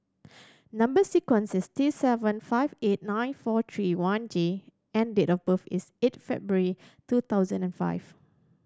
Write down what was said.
number sequence is T seven five eight nine four three one J and date of birth is eight February two thousand and five